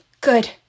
Good